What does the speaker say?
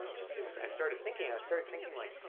just it was, i started thinking, i started thinking like,